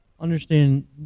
understand